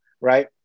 right